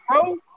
bro